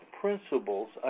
principles